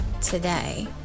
today